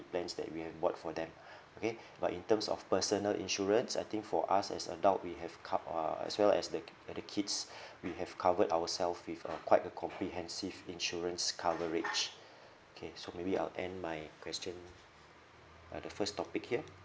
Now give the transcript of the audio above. plans that we have bought for them okay but in terms of personal insurance I think for us as adult we have co~ uh as well as the at the kids we have covered ourself with a quite a comprehensive insurance coverage okay so maybe I'll end my question at the first topic here